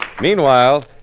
Meanwhile